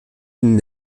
une